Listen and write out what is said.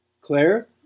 Claire